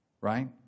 right